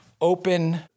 open